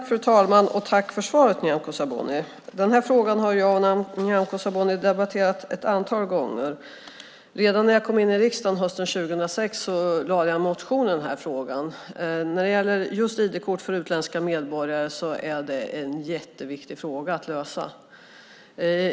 Fru talman! Tack för svaret, Nyamko Sabuni! Den här frågan har jag och Nyamko Sabuni debatterat ett antal gånger. Redan när jag kom in i riksdagen hösten 2006 väckte jag en motion i den här frågan. Just ID-kort för utländska medborgare är en jätteviktig fråga att lösa.